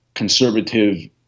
conservative